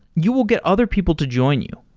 you will get other people to join you.